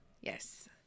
Yes